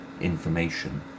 information